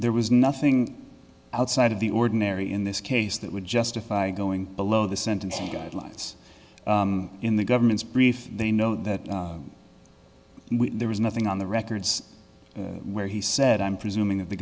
there was nothing outside of the ordinary in this case that would justify going below the sentencing guidelines in the government's brief they know that we there was nothing on the records where he said i'm presuming that the